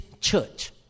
church